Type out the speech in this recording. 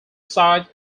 site